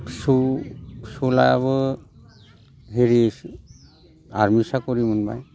फिसौ फिसौज्लायाबो हिरि आर्मि साकरि मोनबाय